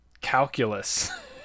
calculus